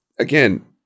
Again